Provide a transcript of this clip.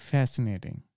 Fascinating